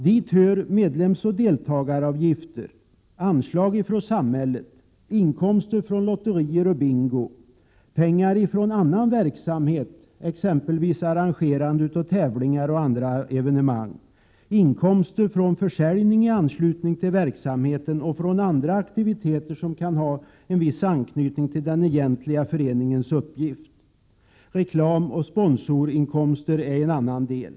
Dit hör medlemsoch deltagaravgifter, anslag från samhället, inkomster från lotterier och bingo, pengar från annan verksamhet — exempelvis arrangerande av tävlingar och andra evenemang —, inkomster från försäljning i anslutning till verksam heten och från andra aktiviteter som kan ha viss anknytning till den egentliga Prot. 1987/88:136 uppgiften. Reklamoch sponsorsinkomster är en annan del.